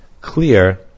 clear